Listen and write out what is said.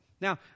Now